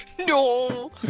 No